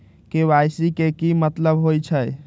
KYC के कि मतलब होइछइ?